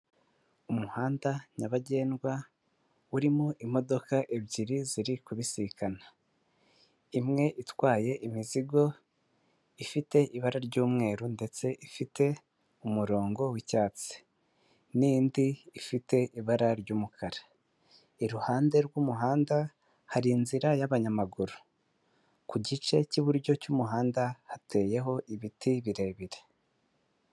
Umuhanda nyabagendwa urimo imodoka ebyiri ziri kubisikana, imwe itwaye imizigo ifite ibara ry'umweru ndetse ifite umurongo w'icyatsi n'indi ifite ibara ry'umukara, iruhande rw'umuhanda hari inzira y'abanyamaguru ku gice cy'iburyo cy'umuhanda hateyeho ibiti birebire.